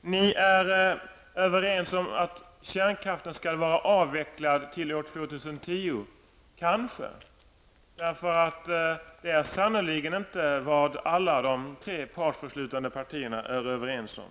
Ni är -- kanske -- överens om att kärnkraften skall vara avvecklad till år 2010. Alla de tre partierna i överenskommelsen är nämligen sannerligen inte överens om detta.